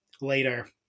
later